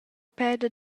peda